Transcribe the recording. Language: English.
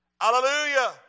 Hallelujah